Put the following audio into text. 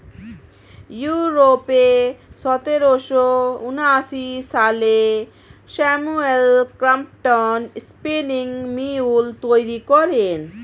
ইউরোপে সতেরোশো ঊনআশি সালে স্যামুয়েল ক্রম্পটন স্পিনিং মিউল তৈরি করেন